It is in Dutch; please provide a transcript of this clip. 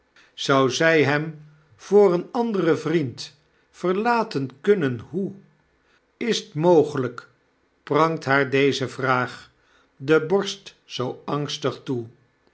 zou zjj hem voor een anderen vriend verlaten kunnen hoe is t mooglp prangt haar deze vraag de borst zoo angstig toe